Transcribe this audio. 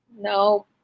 no